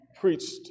preached